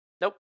Nope